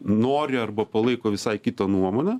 nori arba palaiko visai kitą nuomonę